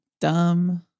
dumb